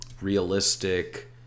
realistic